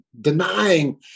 denying